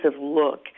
look